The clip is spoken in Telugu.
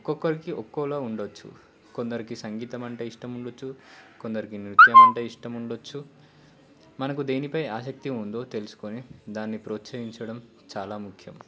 ఒక్కొక్కరికి ఒక్కోలో ఉండవచ్చు కొందరికి సంగీతం అంటే ఇష్టం ఉండవచ్చు కొందరికి నృత్యం అంటే ఇష్టం ఉండవచ్చు మనకు దేనిపై ఆసక్తి ఉందో తెలుసుకొని దాన్ని ప్రోత్సహించడం చాలా ముఖ్యం